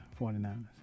49ers